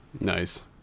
Nice